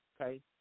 Okay